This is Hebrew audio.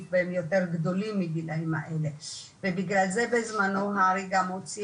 והם יותר גדולים מהגילאים האלה שציינתי ובגלל זה בזמנו --- גם הוציא